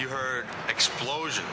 you heard explosion